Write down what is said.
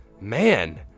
man